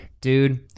Dude